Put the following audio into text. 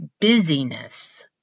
busyness